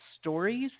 stories